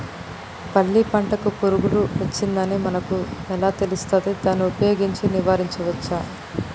పల్లి పంటకు పురుగు వచ్చిందని మనకు ఎలా తెలుస్తది దాన్ని ఉపయోగించి నివారించవచ్చా?